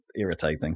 irritating